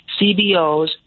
CBOs